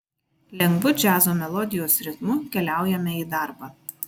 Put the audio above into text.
lengvu džiazo melodijos ritmu keliaujame į darbą